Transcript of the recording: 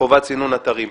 חובת סינון אתרים.